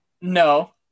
No